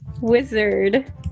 wizard